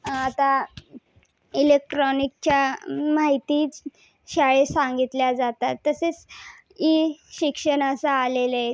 आता इलेक्ट्रॉनिकच्या माहिती शाळेत सांगितल्या जातात तसेच ई शिक्षणाच आलेलं आहे